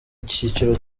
icyiciro